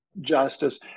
justice